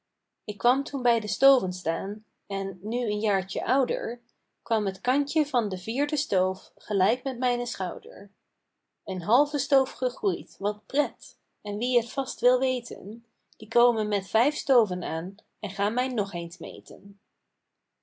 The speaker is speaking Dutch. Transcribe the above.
ik kwam toen bij de stoven staan en nu een jaartjen ouder kwam t kantje van de vierde stoof gelijk met mijnen schouder een halve stoof gegroeid wat pret en wie het vast wil weten die kome met vijf stoven aan en ga mij nog eens meten